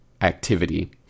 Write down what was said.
activity